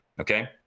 okay